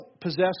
possess